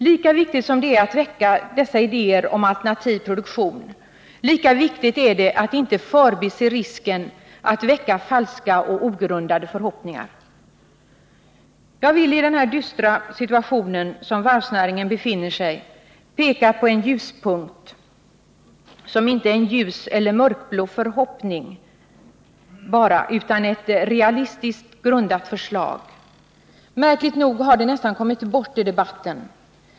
Lika viktigt som det är att föra fram dessa idéer om alternativ produktion är det att inte förbise risken att väcka falska och ogrundade förhoppningar. Jag vill i den dystra situation som varvsnäringen befinner sig i peka på en ljuspunkt, som inte bara är en ljuseller mörkblå förhoppning utan ett realistiskt grundat förslag. Märkligt nog har det nästan kommit bort i debatten.